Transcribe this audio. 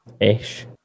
ish